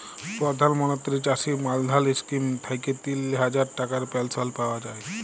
পরধাল মলত্রি চাষী মাল্ধাল ইস্কিম থ্যাইকে তিল হাজার টাকার পেলশল পাউয়া যায়